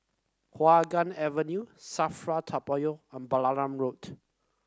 Hua Guan Avenue Safra Toa Payoh and Balam Road